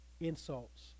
insults